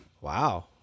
Wow